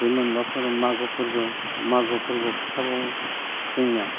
बे मोनबा फोरबो मागो फोरबो मागो फोरबोखौ फिथा बाउओ जोंनिया